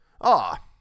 Ah